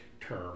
term